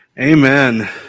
Amen